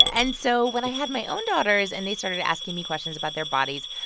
and so when i had my own daughters and they started asking me questions about their bodies,